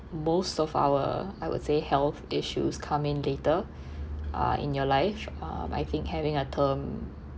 most of our I would say health issues come in later uh in your life uh I think having a term